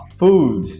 food